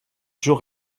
jours